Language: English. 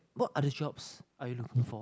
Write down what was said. what other jobs are you looking for